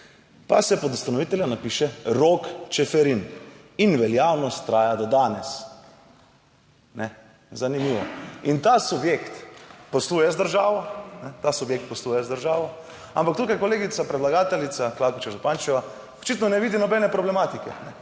pa se pod ustanovitelja napiše Rok Čeferin in veljavnost traja do danes. Zanimivo? In ta subjekt posluje z državo, ta subjekt posluje z državo, ampak tukaj kolegica predlagateljica Klakočar Zupančeva očitno ne vidim nobene problematike.